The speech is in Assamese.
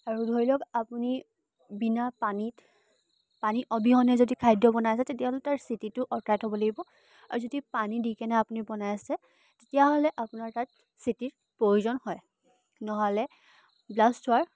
আৰু ধৰি লওক আপুনি বিনা পানীত পানী অবিহনে যদি খাদ্য বনাই আছে তেতিয়াহ'লে তাৰ চিটিটো আঁতৰাই থ'ব লাগিব আৰু যদি পানী দি কিনে আপুনি বনাই আছে তেতিয়াহ'লে আপোনাৰ তাত চিটি প্ৰয়োজন হয় নহ'লে ব্লাষ্ট হোৱাৰ